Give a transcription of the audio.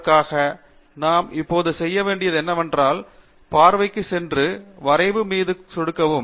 அதற்காக நாம் இப்போது செய்ய வேண்டியது என்னவென்றால் பார்வைக்கு சென்று வரைவு மீது சொடுக்கவும்